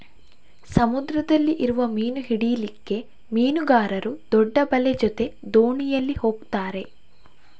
ಸಮುದ್ರದಲ್ಲಿ ಇರುವ ಮೀನು ಹಿಡೀಲಿಕ್ಕೆ ಮೀನುಗಾರರು ದೊಡ್ಡ ಬಲೆ ಜೊತೆ ದೋಣಿಯಲ್ಲಿ ಹೋಗ್ತಾರೆ